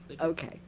Okay